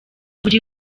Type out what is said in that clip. buri